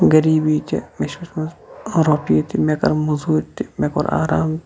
غریٖبی تہِ مےٚ چھُ وٕچھمُت رۄپیہِ تہِ مےٚ کٔر موٚزوٗرۍ تہِ مےٚ کوٚر آرام تہِ